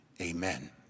amen